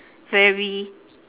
very